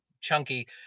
chunky